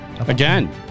Again